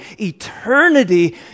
eternity